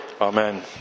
Amen